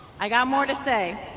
i got more to say.